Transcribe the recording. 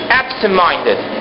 absent-minded